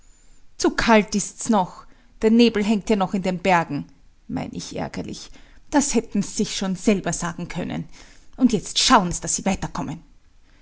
zu kalt ist's noch der nebel hängt ja noch in den bergen mein ich ärgerlich das hätten's sich schon selber sagen können und jetzt schauen's daß sie